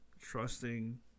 Trusting